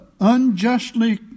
unjustly